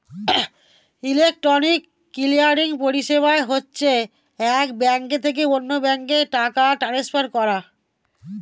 electronic clearing পরিষেবা হচ্ছে এক ব্যাঙ্ক থেকে অন্য ব্যাঙ্কে টাকা ট্রান্সফার করা